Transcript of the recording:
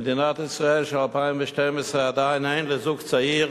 במדינת ישראל של 2012 עדיין אין לזוג צעיר